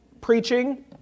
preaching